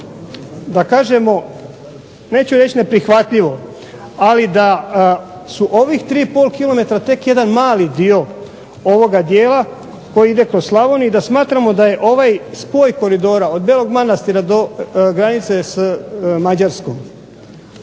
da kažemo, neću reći neprihvatljivo, ali da su ovih 3,5 km tek jedan mali dio ovoga dijela koji ide kroz Slavoniju i da smatramo da je ovaj spoj koridora od Belog Manastira do granice s Mađarskom,